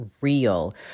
real